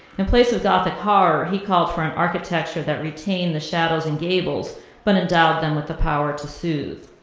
in place of gothic horror, he call for an architecture that retained the shadows and gables but endowed them with the power to soothe.